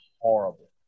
horrible